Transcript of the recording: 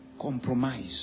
compromise